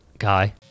guy